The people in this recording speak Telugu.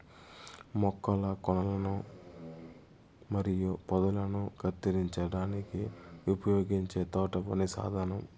మొక్కల కొనలను మరియు పొదలను కత్తిరించడానికి ఉపయోగించే తోటపని సాధనం